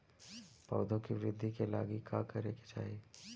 पौधों की वृद्धि के लागी का करे के चाहीं?